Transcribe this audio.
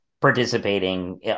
participating